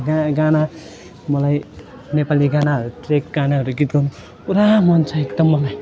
गा गाना मलाई नेपाली गाना ट्र्याक गानाहरू गीत गाउनु पुरा मन छ एकदम मलाई